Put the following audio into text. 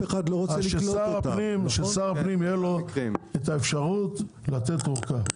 ששר הפנים תהיה לו את האפשרות לתת אורכה.